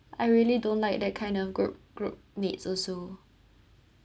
I really don't like that kind of group group mates also